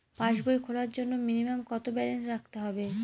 পাসবই খোলার জন্য মিনিমাম কত ব্যালেন্স রাখতে হবে?